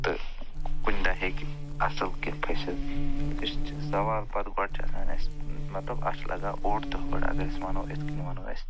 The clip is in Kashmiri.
تہٕ کُنہِ دۄہ ہٮ۪کہِ اَصٕل کیٚنہہ پھٔسِتھ أسۍ چھِ سوال پتہٕ گۄٕڈ چھِ آسان اَسہِ مطلب اَتھ چھِ لگان اوٚڈ دۄہ گۄڈٕ اگر أسۍ وَنو یِتھ کٔنۍ وَنو أسۍ